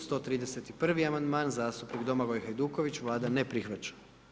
131. amandman, zastupnik Domagoj Hajduković, Vlada ne prihvaća.